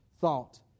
thought